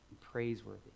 praiseworthy